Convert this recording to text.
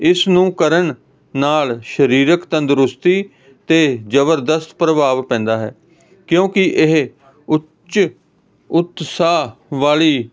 ਇਸ ਨੂੰ ਕਰਨ ਨਾਲ ਸਰੀਰਕ ਤੰਦਰੁਸਤੀ ਅਤੇ ਜ਼ਬਰਦਸਤ ਪ੍ਰਭਾਵ ਪੈਂਦਾ ਹੈ ਕਿਉਂਕਿ ਇਹ ਉੱਚ ਉਤਸ਼ਾਹ ਵਾਲੀ